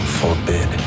forbid